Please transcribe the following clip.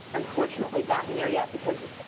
unfortunately, gotten there yet. because,